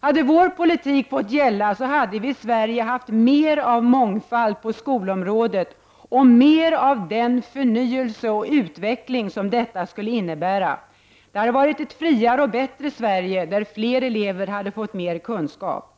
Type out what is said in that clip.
Hade vår politik fått gälla, hade vi i Sverige haft mer av mångfald på 61 skolområdet och mer av den förnyelse och utveckling som detta skulle innebära. Det hade varit ett friare och bättre Sverige, där fler elever hade fått mer kunskap.